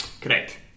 Correct